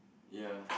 ya